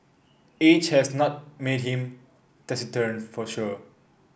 age has not made him taciturn for sure